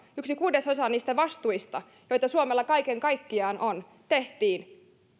yksi kuudesosa niistä vastuista joita suomella kaiken kaikkiaan on tehtiin